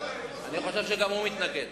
עם הרפורמה, אני חושב שגם הוא מתנגד.